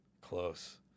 Close